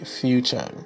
future